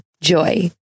Joy